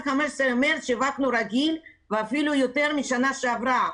15 במרץ שיווקנו רגיל ואפילו יותר מאשר בשנה שעברה,